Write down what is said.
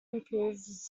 improves